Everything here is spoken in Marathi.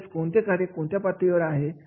म्हणजेच कोणते कार्य कोणत्या पातळीवर आहे